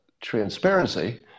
transparency